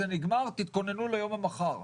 זה נגמר,